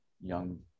young